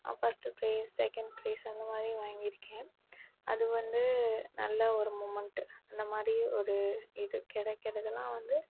first prize second prize அந்தமாதிரி வாங்கியிருக்கேன் அது வந்து நல்ல ஒரு மொமெண்ட்டு அந்தமாதிரி ஒரு இது கிடைக்குறதெல்லாம் வந்து